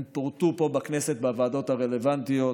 הן פורטו פה בכנסת בוועדות הרלוונטיות,